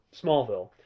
smallville